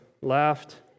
laughed